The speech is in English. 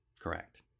Correct